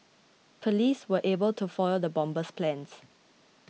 police were able to foil the bomber's plans